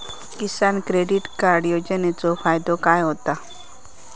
किसान credit card योजनेचो फायदो काय होता?